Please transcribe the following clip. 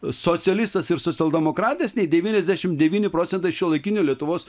socialistas ir socialdemokratas nei devyniasdešimt devyni procentai šiuolaikinių lietuvos